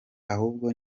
ahubwo